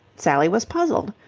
sally was puzzled.